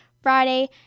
Friday